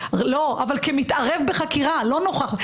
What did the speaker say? אבל כמתערב בחקירה, לא נוכח.